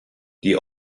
die